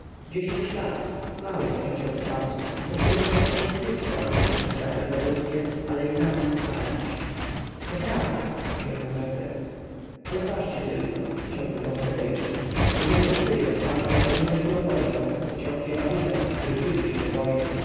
dziesięć lat mały to przeciąg czasu po którym możecie nietylko odzyskać dawne pozycje ale i nas ocalić to prawda rzekł mefres rozważcie tylko ciągnął chaldejczyk jeżeli asyrja z wami będzie prowadziła wojnę pociągnie babilon który brzydzi się wojną